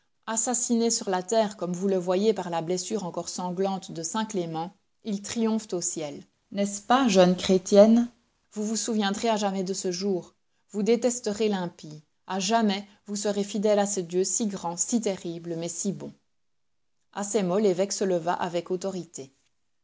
assassinés sur la terre comme vous le voyez par la blessure encore sanglante de saint clément ils triomphent au ciel n'est-ce pas jeunes chrétiennes vous vous souviendrez à jamais de ce jour vous détesterez l'impie a jamais vous serez fidèles à ce dieu si grand si terrible mais si bon a ces mots l'évêque se leva avec autorité